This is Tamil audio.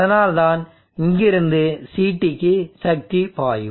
அதனால்தான் இங்கிருந்து CTக்கு சக்தி பாயும்